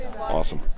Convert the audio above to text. Awesome